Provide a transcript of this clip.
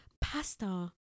pasta